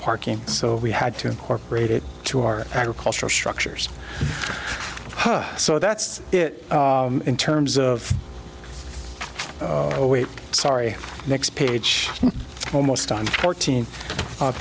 parking so we had to incorporate it to our agricultural structures so that's it in terms of oh wait sorry next page almost on fourteen